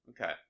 Okay